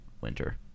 winter